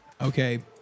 Okay